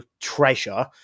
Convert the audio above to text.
treasure